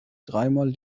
dreimal